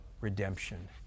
redemption